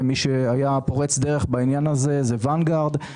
מי שהיה פורץ דרך בעניין הזה זה ואן גארד,